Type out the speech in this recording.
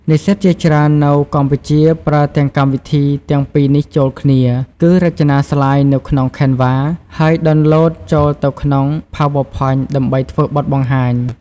និស្សិតជាច្រើននៅកម្ពុជាប្រើទាំងកម្មវិធីទាំងពីរនេះចូលគ្នា គឺរចនាស្លាយនៅក្នុង Canva ហើយដោនឡូតចូលទៅក្នុង PowerPoint ដើម្បីធ្វើបទបង្ហាញ។